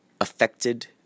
affected